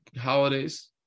holidays